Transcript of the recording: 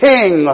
King